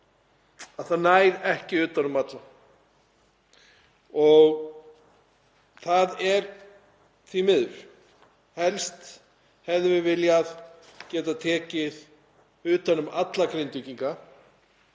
að það nær ekki utan um alla, því miður. Helst hefðum við viljað getað tekið utan um alla Grindvíkinga